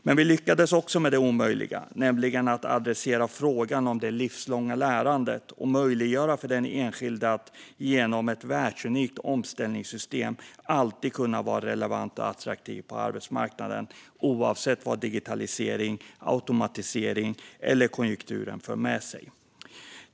Men vi lyckades också med det omöjliga, nämligen att adressera frågan om det livslånga lärandet och möjliggöra för den enskilde att genom ett världsunikt omställningssystem alltid kunna vara relevant och attraktiv på arbetsmarknaden, oavsett vad digitaliseringen, automatiseringen eller konjunkturen för med sig.